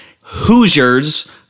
Hoosiers